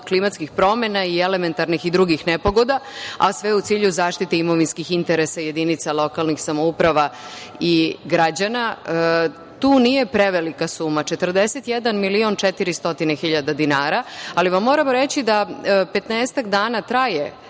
klimatskih promena i elementarnih i drugih nepogoda, a sve u cilju zaštite imovinskih interesa jedinica lokalnih samouprava i građana. Tu nije prevelika suma, 41 milion 400 hiljada dinara, ali vam moram reći da petnaestak dana traje